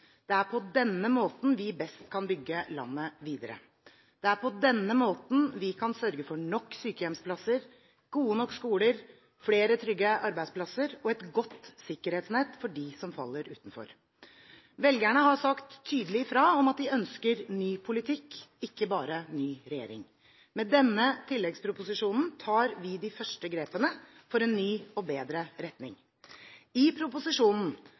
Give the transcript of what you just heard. Det er på denne måten vi best kan bygge landet videre. Det er på denne måten vi kan sørge for nok sykehjemsplasser, gode nok skoler, flere trygge arbeidsplasser og et godt sikkerhetsnett for dem som faller utenfor. Velgerne har sagt tydelig fra om at de ønsker ny politikk, ikke bare ny regjering. Med denne tilleggsproposisjonen tar vi de første grepene for en ny og bedre retning. I proposisjonen